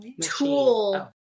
tool